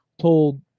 told